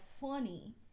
funny